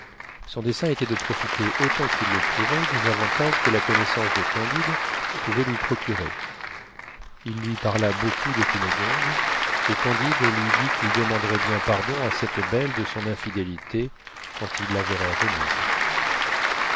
son dessein était de profiter autant qu'il le pourrait des avantages que la connaissance de candide pouvait lui procurer il lui parla beaucoup de cunégonde et candide lui dit qu'il demanderait bien pardon à cette belle de son infidélité quand il la verrait à venise